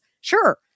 sure